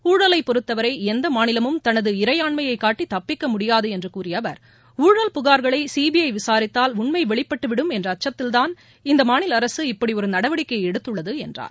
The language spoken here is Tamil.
ஊழலை பொருத்தவரை எந்த மாநிலமும் தனது இறையாண்மையை காட்டி தப்பிக்க முடியாது என்று கூறிய அவா் ஊழல் புகா்களை சிபிஐ விசாரித்தால் உண்மை வெளிப்பட்டு விடும் என்ற அச்சத்தில் தான் அந்த மாநிலஅரசு இப்படி ஒரு நடவடிக்கையை எடுத்துள்ளது என்றார்